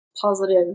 positive